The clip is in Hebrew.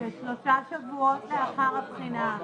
זה שלושה שבועות לאחר הבחינה.